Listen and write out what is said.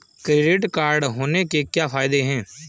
Credit card होने के क्या फायदे हैं?